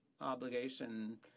obligation